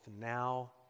now